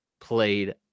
played